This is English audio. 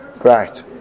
Right